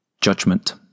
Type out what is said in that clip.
Judgment